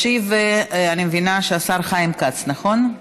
ישיב, אני מבינה שהשר חיים כץ, נכון?